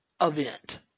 Event